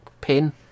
pin